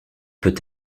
peut